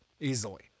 easily